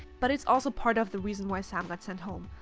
but it's also part of the reason why sam got sent home.